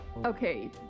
Okay